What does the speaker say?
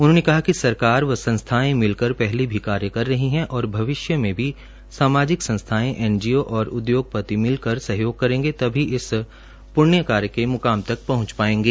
उन्होंने कहा कि सरकार व संस्थाएं मिलकर पहले भी कार्य कर रही हैं और भविष्य में भी सामाजिक संस्थाएं एनजीओ और उद्योगपति मिलकर सहयोग करेगें तभी इस पृण्य कार्य के मुकाम तक पहंच पाएंगे